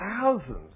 thousands